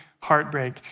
heartbreak